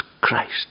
Christ